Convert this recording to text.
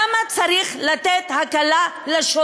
למה צריך לתת הקלה לשוטרים,